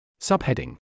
Subheading